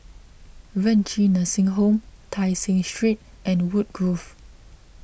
Renci Nursing Home Tai Seng Street and Woodgrove